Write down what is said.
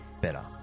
better